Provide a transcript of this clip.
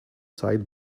side